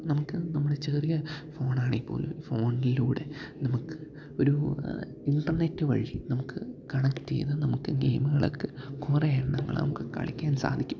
നമുക്ക് നമ്മുടെ ചെറിയ ഫോണാണെങ്കില്പ്പോലും ഈ ഫോണിലൂടെ നമുക്ക് ഒരു ഇൻറ്റർനെറ്റ് വഴി നമുക്ക് കണക്റ്റ് ചെയ്ത് നമുക്ക് ഗെയിമുകളൊക്ക കുറേ എണ്ണങ്ങള് നമുക്കു കളിക്കാൻ സാധിക്കും